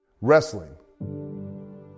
Wrestling